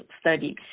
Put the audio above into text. study